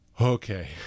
okay